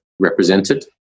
Represented